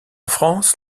france